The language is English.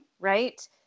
right